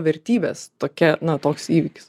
vertybes tokia na toks įvykis